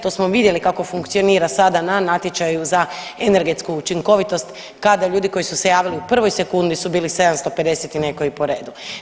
To smo vidjeli kako funkcionira sada na natječaju za energetsku učinkovitost kada ljudi koji su se javili u prvoj sekundi su bili 750 i nekoji po redu.